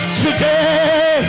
today